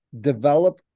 develop